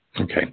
Okay